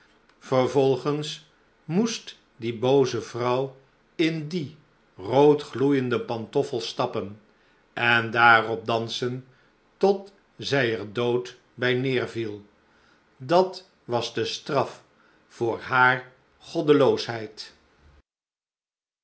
vervolgens moest die booze vrouw in die rood gloeijende pantoffels stappen en daarop dansen tot zij er dood bij neêrviel dat was de straf voor hare